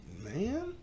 man